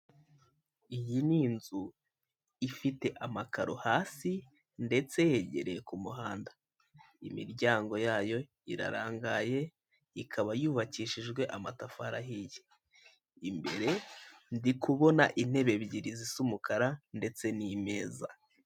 Iyi ni inzu ifite amakaro hasi ndetse yegereye ku muhanda imiryango yayo irarangaye ikaba yubakishijwe amatafari ahiye, imbere ndikubona intebe ebyiri zisa umukara ndetse n'imeza.